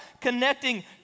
connecting